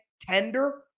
tender